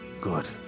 Good